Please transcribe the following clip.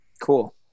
Cool